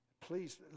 Please